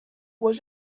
was